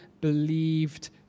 believed